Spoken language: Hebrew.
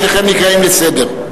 שניכם נקראים לסדר.